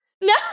No